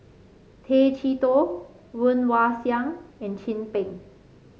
Tay Chee Toh Woon Wah Siang and Chin Peng